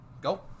Go